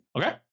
Okay